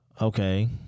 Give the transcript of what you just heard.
Okay